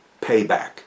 payback